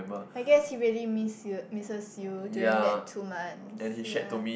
I guess he really miss you misses you during that two months ya